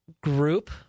group